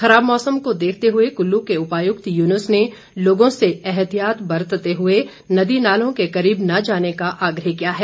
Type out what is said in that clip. खराब मौसम को देखते हुए कुल्लू के उपायुक्त युनूस ने लोगों से एहतियात बरतते हुए नदी नालों के करीब न जाने का आग्रह किया है